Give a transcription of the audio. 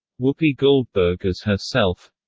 whoopi goldberg as herself